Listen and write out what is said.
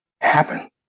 happen